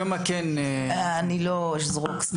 כמה כן --- אני לא אזרוק סתם מספרים.